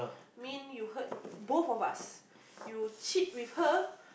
mean you hurt both of us you cheat with her